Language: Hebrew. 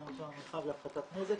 היה שם מרחב להפחתת נזק,